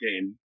game